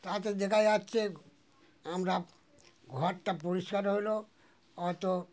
তাতে দেখা যাচ্ছে আমরা ঘরটা পরিষ্কার হলো অতো